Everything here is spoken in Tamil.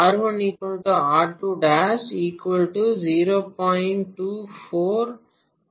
R1 R2 ' 0